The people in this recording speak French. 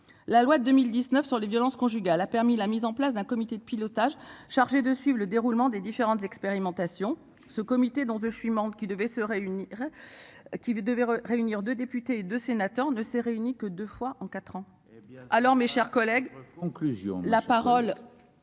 la loi de 2019 sur les violences conjugales a permis la mise en place d'un comité de pilotage chargé de suivre le déroulement des différentes expérimentations ce comité, dont je suis membre qui devait se réunir. Qui devait réunir de députés et de sénateurs ne s'est réuni que 2 fois en 4 ans. Alors, mes chers collègues.